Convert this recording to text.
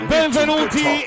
benvenuti